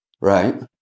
Right